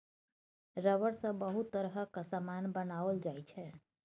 rubber सँ बहुत तरहक समान बनाओल जाइ छै